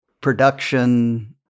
production